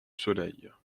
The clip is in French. soleil